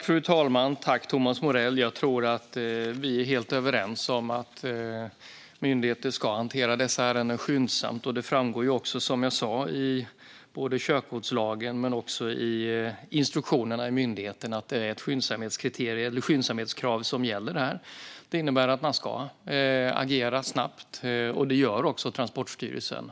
Fru talman! Jag tror att vi är helt överens om att myndigheten ska hantera dessa ärenden skyndsamt. Det framgår också, som jag sa, i både körkortslagen och instruktionerna till myndigheten att det är ett skyndsamhetskrav som gäller. Det innebär att man ska agera snabbt, och det gör Transportstyrelsen.